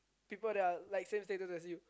people that are like same status as you